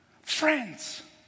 friends